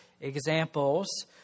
examples